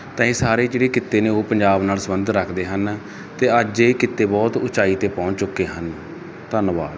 ਤਾਂ ਇਹ ਸਾਰੇ ਜਿਹੜੇ ਕਿੱਤੇ ਨੇ ਉਹ ਪੰਜਾਬ ਨਾਲ ਸਬੰਧ ਰੱਖਦੇ ਹਨ ਤੇ ਅੱਜ ਇਹ ਕਿੱਤੇ ਬਹੁਤ ਉੱਚਾਈ ਤੇ ਪਹੁੰਚ ਚੁੱਕੇ ਹਨ ਧੰਨਵਾਦ